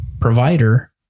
provider